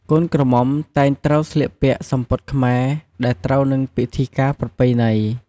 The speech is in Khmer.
កូនក្រមុំតែងត្រូវស្លៀកពាក់សំពត់ខ្មែរដែលត្រូវនឹងពិធីការប្រពៃណី។